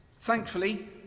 Thankfully